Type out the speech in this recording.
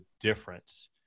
difference